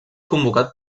convocat